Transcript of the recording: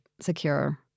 secure